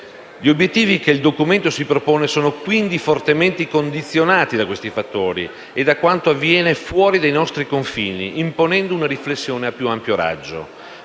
Gli obiettivi che il Documento si propone sono quindi fortemente condizionati da questi fattori e da quanto avviene fuori dai nostri confini, imponendo una riflessione a più ampio raggio.